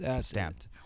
stamped